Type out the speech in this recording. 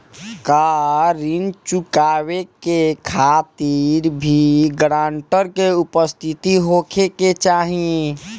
का ऋण चुकावे के खातिर भी ग्रानटर के उपस्थित होखे के चाही?